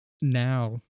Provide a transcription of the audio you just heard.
now